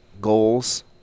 goals